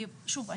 שוב,